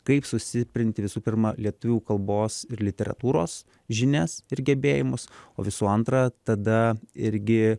kaip sustiprinti visų pirma lietuvių kalbos ir literatūros žinias ir gebėjimus o visų antra tada irgi